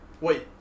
wait